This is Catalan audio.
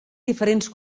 diferents